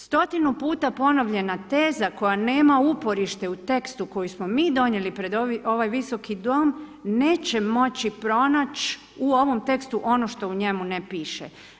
Stotinu puta ponovljena teza koja nema uporište u tekstu koji smo mi donijeli pred ovaj visoki dom neće moći pronaći u ovom tekstu ono što u njemu ne piše.